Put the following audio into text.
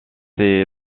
ces